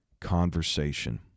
Conversation